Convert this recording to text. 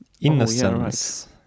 innocence